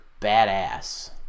badass